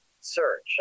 Search